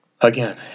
again